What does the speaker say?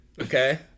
okay